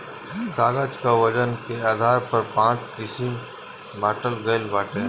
कागज कअ वजन के आधार पर पाँच किसिम बांटल गइल बाटे